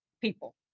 people